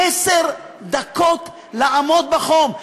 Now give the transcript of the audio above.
עשר דקות לעמוד בחום.